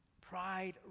Pride